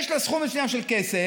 יש לה סכום מסוים של כסף,